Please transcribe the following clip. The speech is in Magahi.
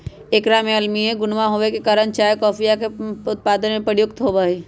एकरा में अम्लीय गुणवा होवे के कारण ई चाय कॉफीया के उत्पादन में प्रयुक्त होवा हई